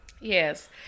Yes